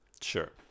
Sure